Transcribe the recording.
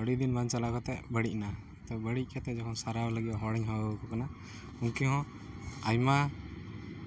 ᱟᱹᱰᱤᱫᱤᱱ ᱵᱟᱝ ᱪᱟᱞᱟᱣ ᱠᱟᱛᱮ ᱵᱟᱹᱲᱤᱡ ᱮᱱᱟ ᱵᱟᱹᱲᱤᱡ ᱠᱟᱛᱮ ᱡᱚᱠᱷᱚᱱ ᱥᱟᱨᱟᱣ ᱞᱟᱹᱜᱤᱫ ᱦᱚᱲᱤᱧ ᱦᱚᱦᱚᱣ ᱠᱚ ᱠᱟᱱᱟ ᱩᱱᱠᱤᱱ ᱦᱚᱸ ᱟᱭᱢᱟ